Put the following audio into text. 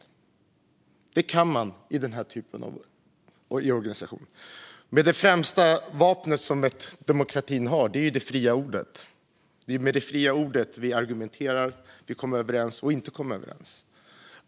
De frågorna kan man ställa i den här typen av organisation. En demokratis främsta vapen är det fria ordet. Det är med det fria ordet vi argumenterar och kommer överens - och inte kommer överens.